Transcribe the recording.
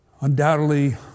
undoubtedly